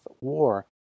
war